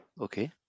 okay